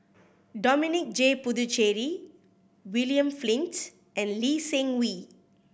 Dominic J Puthucheary William Flint and Lee Seng Wee